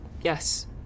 Yes